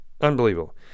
unbelievable